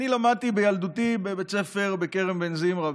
אני למדתי בילדותי בבית ספר בכרם בן זמרה,